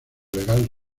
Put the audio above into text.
legal